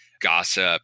gossip